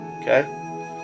Okay